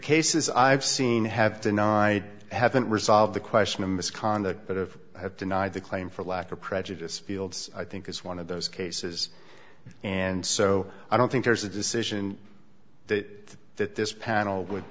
cases i've seen have denied haven't resolved the question of misconduct but if i have denied the claim for lack of prejudice fields i think it's one of those cases and so i don't think there's a decision that that this panel would